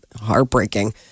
heartbreaking